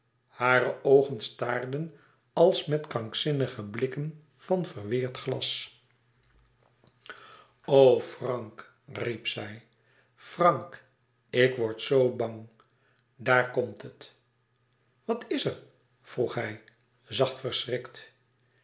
hare oogen staarden als met krankzinnige blikken van verweerd glas o frank riep zij frank ik word zoo bang daar komt het wat is er vroeg hij zacht verschrikt